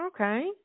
Okay